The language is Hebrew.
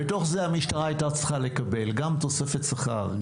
בתוך זה המשטרה הייתה צריכה לקבל גם תוספת שכר,